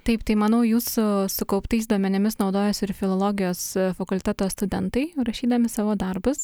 taip tai manau jūsų sukauptais duomenimis naudojasi ir filologijos fakulteto studentai rašydami savo darbus